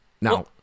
now